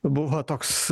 buvo toks